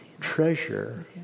treasure